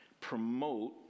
promote